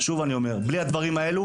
אני שוב אומר: בלי הדברים האלה